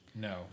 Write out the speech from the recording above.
No